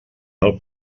del